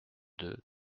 deux